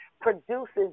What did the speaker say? produces